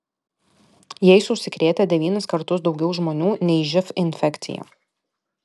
jais užsikrėtę devynis kartus daugiau žmonių nei živ infekcija